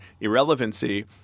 irrelevancy